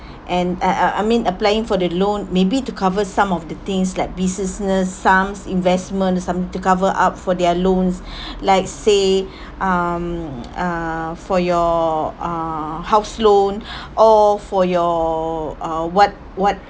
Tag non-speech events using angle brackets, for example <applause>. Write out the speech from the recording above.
and uh uh I mean applying for the loan maybe to cover some of the things like businesses some investment or someth~ to cover up for their loans <breath> like say um uh for your uh house loan <breath> or for your uh what what